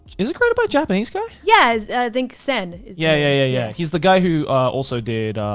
is it created by japanese guy. yes. i think sen is. yeah. yeah he's the guy who also did.